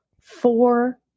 four